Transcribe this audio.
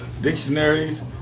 dictionaries